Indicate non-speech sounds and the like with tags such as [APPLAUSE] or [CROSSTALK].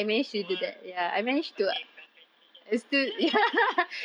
!wah! okay congratulations [LAUGHS]